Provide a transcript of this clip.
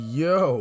yo